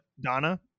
donna